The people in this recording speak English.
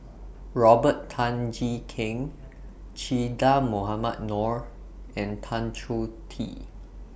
Robert Tan Jee Keng Che Dah Mohamed Noor and Tan Choh Tee